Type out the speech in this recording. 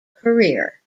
career